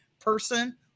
person